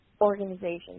organization